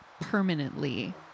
permanently